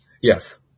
Yes